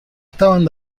estaban